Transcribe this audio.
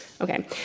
Okay